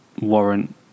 warrant